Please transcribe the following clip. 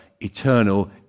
eternal